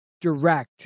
direct